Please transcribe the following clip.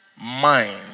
mind